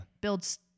builds